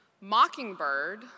Mockingbird